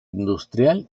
industrial